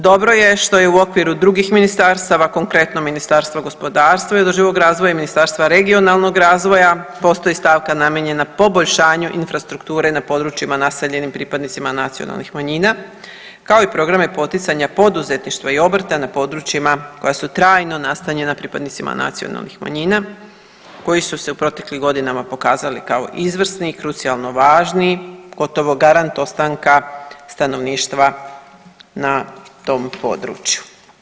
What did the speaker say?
Dobro je što je u okviru drugih ministarstava, konkretno Ministarstva gospodarstva i održivog razvoja i Ministarstva regionalnog razvoja postoji stavka namijenjena poboljšanju infrastrukture na područjima naseljenim pripadnicima nacionalnih manjina kao i programe poticanja poduzetništva i obrta na područjima koja su trajno nastanjena pripadnicima nacionalnih manjina koji su se u proteklim godinama pokazali kao izvrsni i krucijalno važni, gotovo garant ostanka stanovništva na tom području.